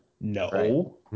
No